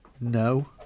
No